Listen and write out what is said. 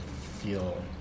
feel